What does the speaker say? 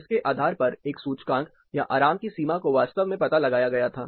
इसके आधार पर एक सूचकांक या आराम की सीमा को वास्तव में पता लगाया गया था